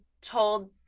told